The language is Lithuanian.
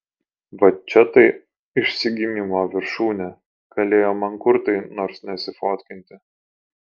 va čia tai išsigimimo viršūnė galėjo mankurtai nors nesifotkinti